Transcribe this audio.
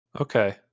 Okay